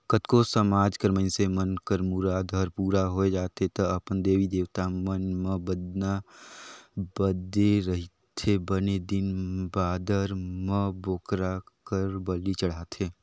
कतको समाज कर मइनसे मन कर मुराद हर पूरा होय जाथे त अपन देवी देवता मन म बदना बदे रहिथे बने दिन बादर म बोकरा कर बली चढ़ाथे